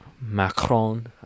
Macron